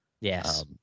Yes